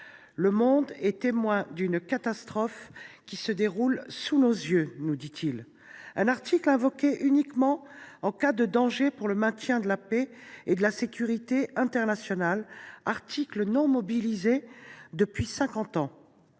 le monde est témoin d’une catastrophe qui se déroule sous nos yeux », nous dit il. Cet article, invoqué uniquement en cas de danger pour le maintien de la paix et de la sécurité internationale, n’avait plus été mobilisé depuis cinquante